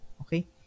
okay